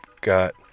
got